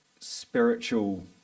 spiritual